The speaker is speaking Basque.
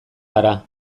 gara